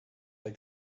take